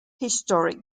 historic